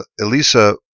Elisa